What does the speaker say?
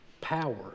power